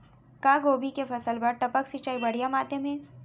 का गोभी के फसल बर टपक सिंचाई बढ़िया माधयम हे?